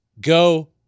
go